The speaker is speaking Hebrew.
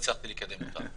אני